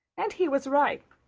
and he was right.